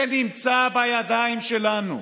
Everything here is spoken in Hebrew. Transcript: זה נמצא בידיים שלנו.